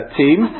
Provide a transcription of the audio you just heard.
team